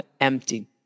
empty